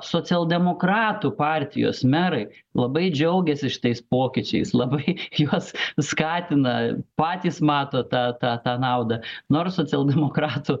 socialdemokratų partijos merai labai džiaugėsi šitais pokyčiais labai juos skatina patys mato tą tą tą naudą nors socialdemokratų